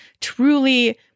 truly